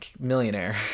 Millionaire